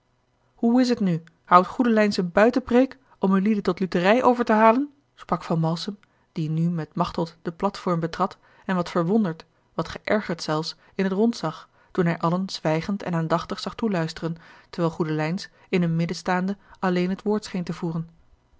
hoe is t nu houdt goedelijns eene buitenpreêk om ulieden tot lutherij over te halen sprak van malsem die nu met machteld de plate form betrad en wat verwonderd wat geërgerd zelfs in t rond zag toen hij allen zwijgend en aandachtig zag toeluisteren terwijl goedelijns in hun midden staande alleen het woord scheen te voeren